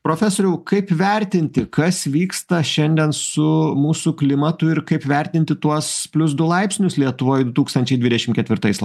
profesoriau kaip vertinti kas vyksta šiandien su mūsų klimatu ir kaip vertinti tuos plius du laipsnius lietuvoj du tūkstančiai dvidešimt ketvirtais lai